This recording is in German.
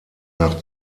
nach